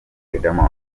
riderman